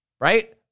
Right